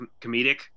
comedic